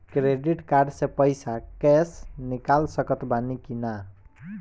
Credit card से पईसा cash निकाल सकत बानी की ना?